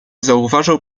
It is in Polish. zauważył